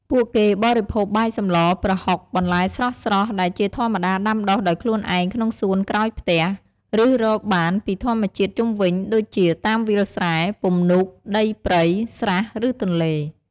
ពួកគេបរិភោគបាយសម្លរ ប្រហុក បន្លែស្រស់ៗ ដែលជាធម្មតាដាំដុះដោយខ្លួនឯងក្នុងសួនក្រោយផ្ទះ ឬរកបានពីធម្មជាតិជុំវិញដូចជា តាមវាលស្រែ ពំនូក ដីព្រៃ ស្រះ ឬទន្លេ។